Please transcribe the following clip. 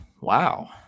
Wow